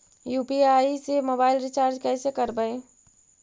UPI से mobile recharge कैसे करबइ?